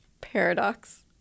paradox